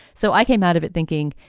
so i came out of it thinking,